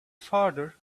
farther